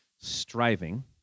striving